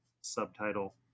subtitle